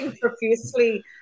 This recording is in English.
profusely